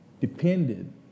depended